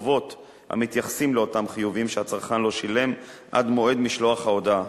החובות המתייחסים לאותם חיובים שהצרכן לא שילם עד מועד משלוח ההודעה.